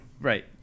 right